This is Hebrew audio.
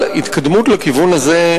אבל התקדמות לכיוון הזה,